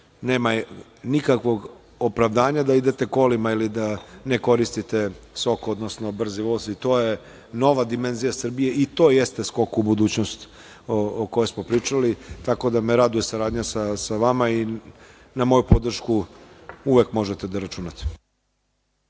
Nema nikakvog opravdanja da idete kolima ili da ne koristite „Soko“, odnosno brzi voz. To je nova dimenzija Srbije. I to jeste skok u budućnost o kojoj smo pričali. Raduje me saradnja sa vama. Na moju podršku uvek možete da računate.